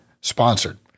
sponsored